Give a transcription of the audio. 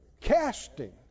Casting